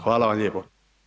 Hvala vam lijepo.